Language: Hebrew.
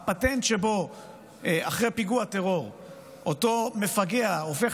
הפטנט שבו אחרי פיגוע טרור אותו מפגע הופך